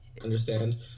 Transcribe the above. understand